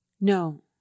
No